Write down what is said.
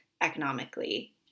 economically